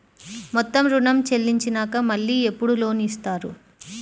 మొత్తం ఋణం చెల్లించినాక మళ్ళీ ఎప్పుడు లోన్ ఇస్తారు?